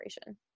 operation